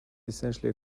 essentially